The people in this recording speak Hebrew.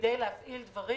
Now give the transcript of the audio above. כדי להפעיל דברים,